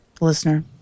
listener